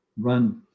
run